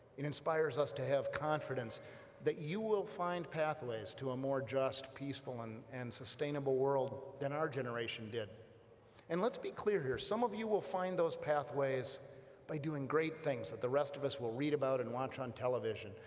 it inspires us to have confidence that you will find pathways to a more just, peaceful, and sustainable world than our generation did and let's be clear here, some of you will find those pathways by doing great things that the rest of us will read about and watch on television,